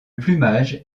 plumage